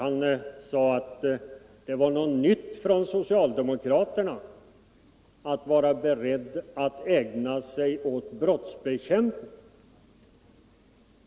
Han sade att det var någonting nytt att socialdemokraterna nu förklarat sig beredda att ägna sig åt brottsbekämpning.